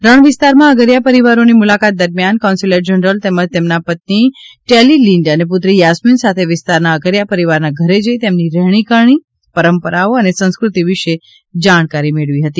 રણ વિસ્તારમાં અગરીયા પરિવારોની મુલાકાત દરમ્યાન કોન્સ્યુલેટ જનરલ તેમજ તેમના પત્નિ ટેલી લીંડ અને પુત્રી યાસ્મિન સાથે વિસ્તારના અગરીયા પરિવારના ઘરે જઈ તેમની રહેણી કહેણી પરંપરાઓ અને સંસ્કૃતિ વિશે જાણકારી મેળવી હતી